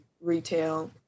retail